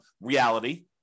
reality